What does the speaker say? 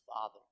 Father